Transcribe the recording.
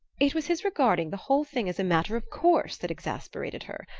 it was his regarding the whole thing as a matter of course that exasperated her.